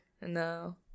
No